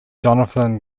jonathan